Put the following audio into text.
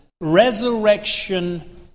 Resurrection